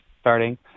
starting